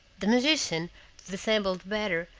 the magician, to dissemble the better,